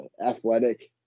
athletic